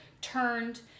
turned